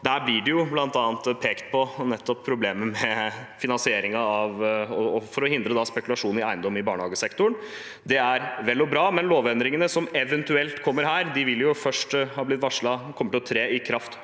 der blir det bl.a. pekt på nettopp problemet med finansiering for å hindre spekulasjon i eiendom i barnehagesektoren. Det er vel og bra, men lovendringene som eventuelt kommer her, har blitt varslet at først kommer til å tre i kraft